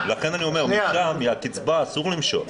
לכן אני אומר שמהקצבה אסור למשוך,